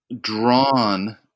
drawn